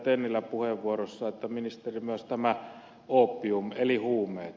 tennilä puheenvuorossaan että ministeri myös oopium eli huumeet